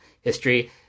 history